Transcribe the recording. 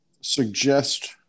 suggest